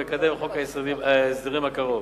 מקדם בחוק ההסדרים הקרוב: